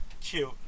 Cute